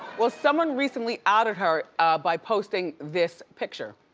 well someone recently outed her by posting this picture.